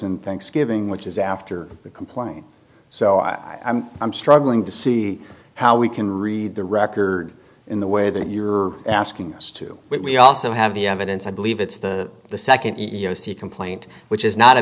in thanksgiving which is after the complaint so i am struggling to see how we can read the record in the way that you're asking us to we also have the evidence i believe it's the second ego see complaint which is not a